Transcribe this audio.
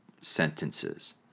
sentences